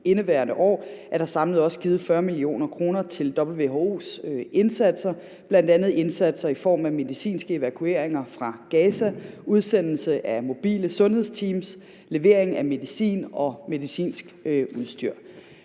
indeværende år er der samlet også givet 40 mio. kr. til WHO's indsatser, bl.a. indsatser i form af medicinske evakueringer fra Gaza, udsendelse af mobile sundhedsteams, levering af medicin og medicinsk udstyr.